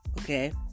okay